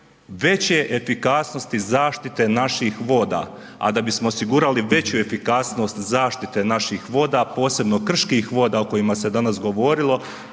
veće efikasnosti zaštite naših voda, a da bismo osigurali veću efikasnost zaštite naših voda, posebno krških voda o kojima se danas govorilo,